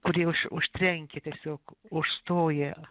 kurie už užtrenkia tiesiog užstoja